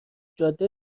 جاده